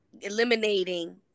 eliminating